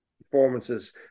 performances